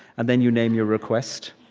and then you name your request.